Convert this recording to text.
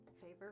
favor